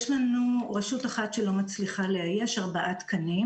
יש לנו רשות אחת שלא מצליחה לאייש ארבעה תקנים.